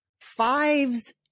Fives